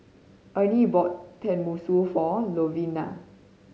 Ernie bought Tenmusu for Louvenia